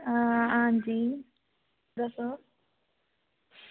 आं जी दस्सो